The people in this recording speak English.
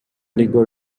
legal